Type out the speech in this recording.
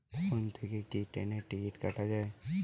Phone থেকে কি ট্রেনের টিকিট কাটা য়ায়?